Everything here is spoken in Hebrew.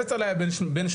הרצל היה בן שנתיים,